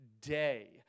day